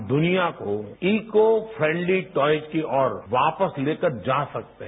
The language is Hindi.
हम दुनिया को ईको फ्रेंडली टॉय्स की ओर वापस लेकर जा सकते हैं